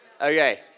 Okay